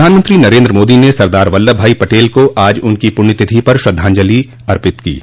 प्रधानमंत्री नरेन्द्र मोदी ने सरदार वल्लभ भाई पटेल को आज उनकी पुण्यतिथि पर श्रद्धांजलि दी है